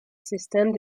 système